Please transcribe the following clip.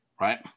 right